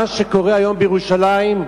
מה שקורה היום בירושלים,